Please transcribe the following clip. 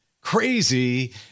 crazy